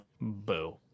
boo